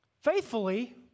faithfully